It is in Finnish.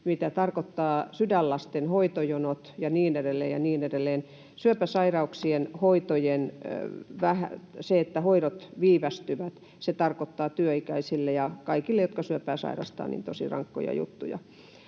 mitä tarkoittaa sydänlasten hoitojonot ja niin edelleen, ja niin edelleen, syöpäsairauksien hoitojen viivästyminen — se tarkoittaa työikäisille ja kaikille, jotka syöpää sairastavat, tosi rankkoja juttuja.